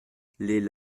lès